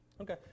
Okay